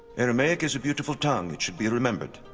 aramaic is a beautiful tongue, it should be remembered.